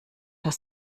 das